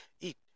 eat